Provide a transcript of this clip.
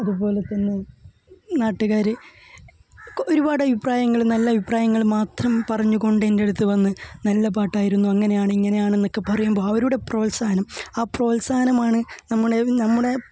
അതുപോലെ തന്നെ നാട്ടുകാർ ഒരുപാട് അഭിപ്രായങ്ങൾ നല്ല അഭിപ്രായങ്ങൾ മാത്രം പറഞ്ഞു കൊണ്ട് എന്റെ അടുത്തു വന്ന് നല്ല പാട്ടായിരുന്നു അങ്ങനെയാണ് ഇങ്ങനെയാണെന്നൊക്കെ പറയുമ്പോ അവരുടെ പ്രോത്സാഹനം ആ പ്രോത്സാഹനമാണ് നമ്മുടെ നമ്മുടെ